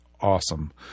awesome